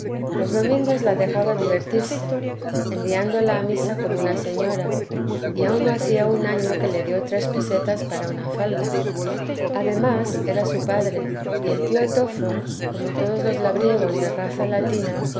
los domingos la dejaba divertirse enviándola a misa como una señora y aún no hacía un año que le dio tres pesetas para una falda además era su padre y el tío tfol como todos los labriegos de raza latina